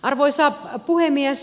arvoisa puhemies